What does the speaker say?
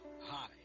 Hi